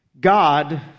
God